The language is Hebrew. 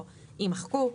או" יימחקו.